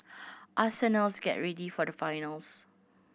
arsenals get ready for the finals